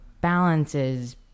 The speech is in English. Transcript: balances